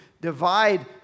divide